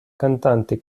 cantante